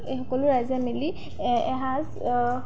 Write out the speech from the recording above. এই সকলো ৰাইজে মেলি এসাঁজ